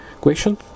question